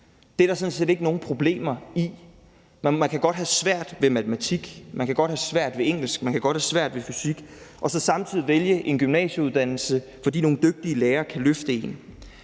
Det er der sådan set ikke nogen problemer i. Man kan godt have svært ved matematik, engelsk eller fysik og så samtidig vælge en gymnasieuddannelse, fordi nogle dygtige lærere kan løfte en.